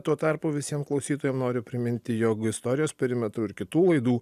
tuo tarpu visiem klausytojam noriu priminti jog istorijos perimetrų ir kitų laidų